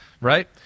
Right